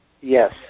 Yes